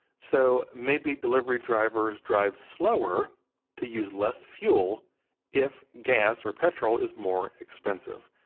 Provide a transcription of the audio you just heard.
so, maybe delivery drivers drive slower to use less fuel if gas or petrol is more expensive.